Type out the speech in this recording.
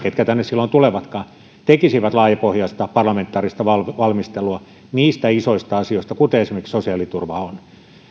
ketkä tänne silloin tulevatkaan tekisimme laajapohjaista parlamentaarista valmistelua niistä isoista asioista joita on esimerkiksi sosiaaliturva